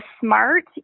smart